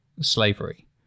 slavery